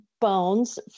bones